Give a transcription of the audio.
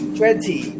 twenty